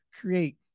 create